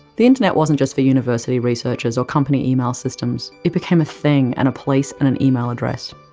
the internet wasn't just for university researchers, or company email systems. it became a thing and a place, and an email address.